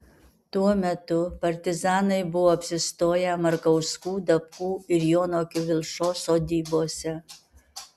tuo metu partizanai buvo apsistoję markauskų dapkų ir jono kivilšos sodybose